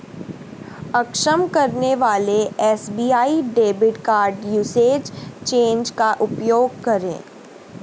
अक्षम करने वाले SBI debit card usage change का उपयोग करें